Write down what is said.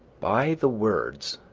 by the words,